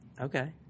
Okay